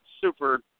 super